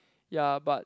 ya but